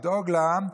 לדאוג לעם,